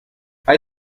hay